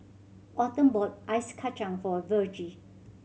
Autumn bought Ice Kachang for Virgie